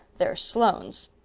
they're sloanes.